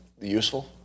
useful